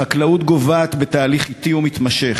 החקלאות גוועת בתהליך אטי ומתמשך.